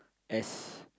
S